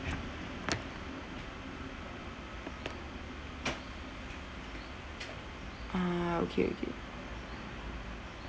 ah okay okay